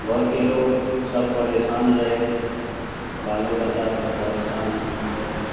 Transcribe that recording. घरके लोग सब परेशान रहथि बालो बच्चा सब परेशान रहथि